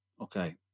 Okay